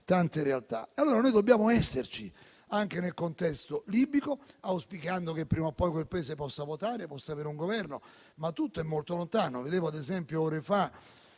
Noi dobbiamo esserci anche nel contesto libico, auspicando che prima o poi quel Paese possa votare e possa avere un Governo, ma tutto è molto lontano.